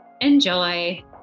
Enjoy